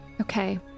Okay